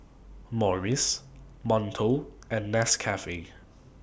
Morries Monto and Nescafe